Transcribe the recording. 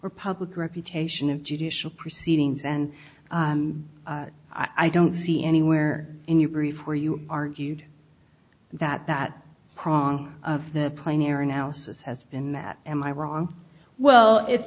or public reputation of judicial proceedings and i don't see anywhere in your brief where you argued that that prong of the plane air analysis has been that am i wrong well it's